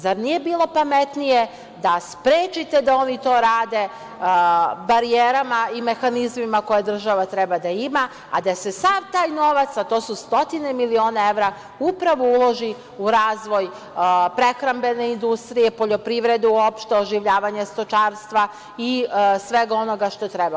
Zar nije bilo pametnije da sprečite da oni to rade barijerama i mehanizmima koje država treba da ima, a da se sav taj novac, a to su stotine miliona evra upravo uloži u razvoj prehrambene industrije, poljoprivrede uopšte, oživljavanja stočarstva i svega onoga što treba.